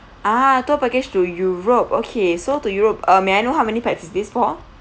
ah tour package to europe okay so to europe uh may I know how many pax is this for